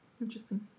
Interesting